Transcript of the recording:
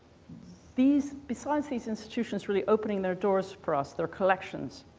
these besides these institutions really opening their doors for us, their collections,